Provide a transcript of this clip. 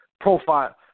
profile